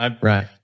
Right